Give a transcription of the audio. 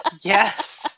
Yes